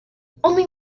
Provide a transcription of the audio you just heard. only